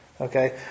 Okay